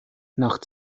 nach